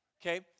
Okay